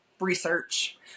research